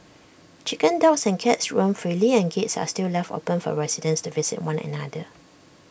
chickens dogs and cats roam freely and gates are still left open for residents to visit one another